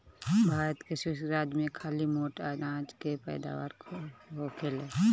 भारत के शुष्क राज में खाली मोट अनाज के पैदावार होखेला